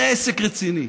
זה עסק רציני.